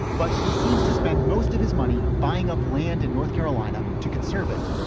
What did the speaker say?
but he seems to spend most of his money buying up land in north carolina to conserve it.